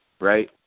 right